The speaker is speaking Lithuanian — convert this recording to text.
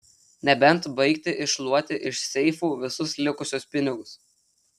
nebent baigti iššluoti iš seifų visus likusius pinigus